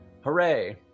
hooray